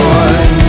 one